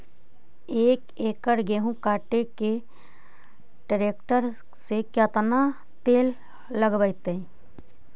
एक एकड़ गेहूं काटे में टरेकटर से केतना तेल लगतइ?